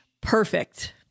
Perfect